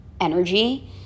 energy